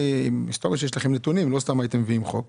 מסתבר שיש לכם נתונים, לא סתם הייתם מביאים חוק.